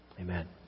Amen